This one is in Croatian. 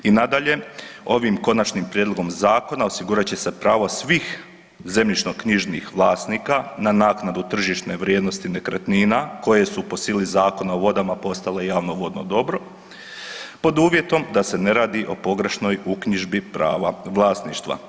I nadalje, ovim konačnim prijedlogom zakona osigurat će se pravo svih zemljišno-knjižnih vlasnika na naknadu tržišne vrijednosti nekretnina koje su po sili Zakona o vodama postale javno vodno dobro pod uvjetom da se ne radi pod uvjetom da se ne radi o pogrešnoj uknjižbi prava vlasništva.